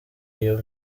iyo